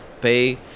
pay